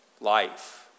life